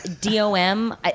D-O-M